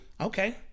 Okay